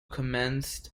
commenced